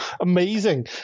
Amazing